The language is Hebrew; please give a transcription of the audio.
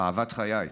אהבת חיי,